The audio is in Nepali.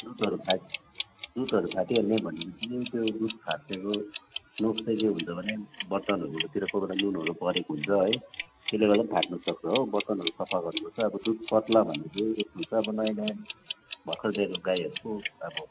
दुधहरू फाट् दुधहरू फाटिहाल्ने भनेको चाहिँ त्यो दुध फाटेको दोष चाहिँ के हुन्छ भने बोतलहरूतिर कोही बेला नुनहरू परेको हुन्छ है त्यसले गर्दा पनि फाट्नु सक्छ हो बोतलहरू सफा गर्नु पर्छ अब दुध पत्ला भनेको चाहिँ यस्तो हुन्छ अब नयाँ नयाँ भर्खर ब्याएको गाईहरूको अब